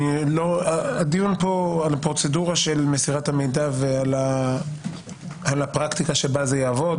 הדיון פה על הפרוצדורה של מסירת המידע ועל הפרקטיקה שבה זה יעבור,